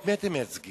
את מי אתם מייצגים?